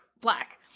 black